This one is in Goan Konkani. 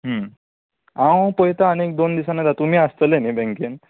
हांव पयतां आनीक दोन दिसांनी तुमी आसतले न्ही बँकेन